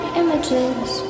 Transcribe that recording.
images